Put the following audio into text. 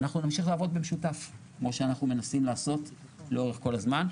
ואנחנו נמשיך לעבוד במשותף כמו שאנחנו מנסים לעשות לאורך כל הזמן.